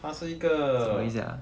他是一个